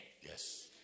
Yes